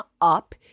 up